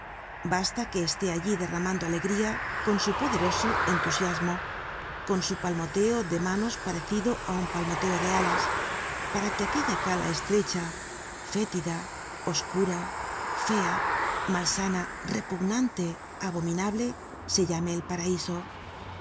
basta que esté allí derramando alegría con su poderoso entusiasmo con su palmoteo de manos parecido á un palmoteo de alas para que aquella cala estrecha fétida oscura fea mal sana repugnante abominable se llame el paraiso